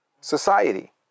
society